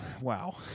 wow